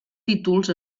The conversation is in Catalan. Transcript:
títols